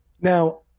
now